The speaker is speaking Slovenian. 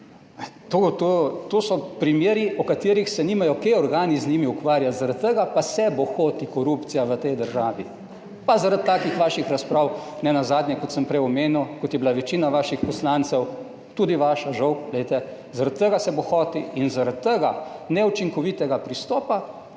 to so primeri, o katerih se nimajo kaj organi z njimi ukvarjati, zaradi tega pa se bohoti korupcija v tej državi, pa zaradi takih vaših razprav, nenazadnje, kot sem prej omenil, kot je bila večina vaših poslancev tudi vaša, žal, glejte, zaradi tega se bohoti in zaradi tega neučinkovitega pristopa,